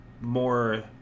more